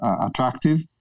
attractive